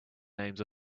names